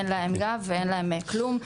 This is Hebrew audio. אין להן גב ואין להן כלום.